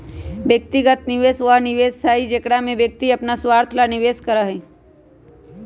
व्यक्तिगत निवेश वह निवेश हई जेकरा में व्यक्ति अपन स्वार्थ ला निवेश करा हई